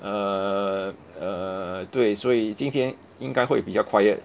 err err 对所以今天应该会比较 quiet